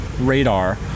radar